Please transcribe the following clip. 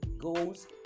goals